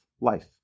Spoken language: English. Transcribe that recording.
life